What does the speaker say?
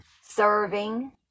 serving